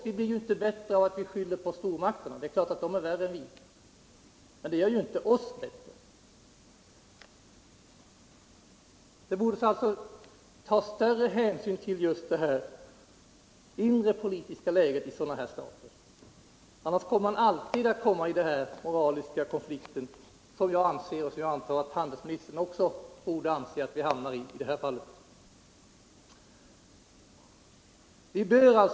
Vi blir ju inte bättre av att skylla på stormakterna. Det är klart att de är värre än vi, men det gör inte oss bättre. Man borde ta större hänsyn till det inre politiska läget i stater som vill köpa vapen av oss. Annars kommer vi alltid i samma moraliska konflikt, som jag anser och som handelsministern också borde anse att vi hamnar i när det gäller Brasilien.